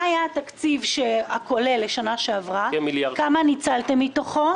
מה היה התקציב הכולל לשנה שעברה וכמה ניצלתם מתוכו?